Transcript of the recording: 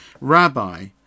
Rabbi